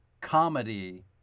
comedy